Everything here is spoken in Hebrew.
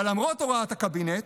אבל למרות הוראת הקבינט